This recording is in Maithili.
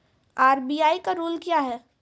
आर.बी.आई का रुल क्या हैं?